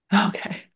Okay